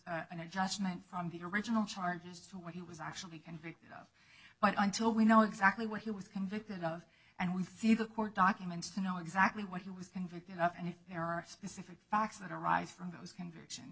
an adjustment from the original charges to what he was actually conveyed but until we know exactly what he was convicted of and we see the court documents to know exactly what he was convicted of and if there are specific facts that arise from those conviction